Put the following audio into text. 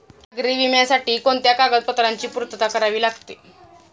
सागरी विम्यासाठी कोणत्या कागदपत्रांची पूर्तता करावी लागते?